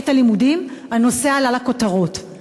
הנושא עלה לכותרות.